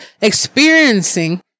experiencing